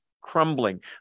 crumbling